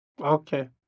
Okay